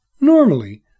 Normally